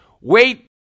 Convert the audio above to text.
Wait